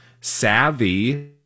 savvy